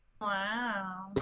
Wow